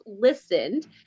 listened